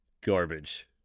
Garbage